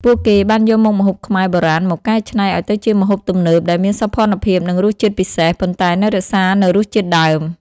ពួកគេបានយកមុខម្ហូបខ្មែរបុរាណមកកែច្នៃឲ្យទៅជាម្ហូបទំនើបដែលមានសោភ័ណភាព និងរសជាតិពិសេស ប៉ុន្តែនៅរក្សានូវរសជាតិដើម។